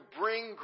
bring